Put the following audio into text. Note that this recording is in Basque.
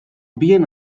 bien